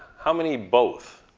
how many both?